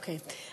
אוקיי.